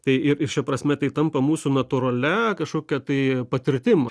tai ir ir šia prasme tai tampa mūsų natūralia kažkokia tai patirtim